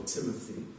Timothy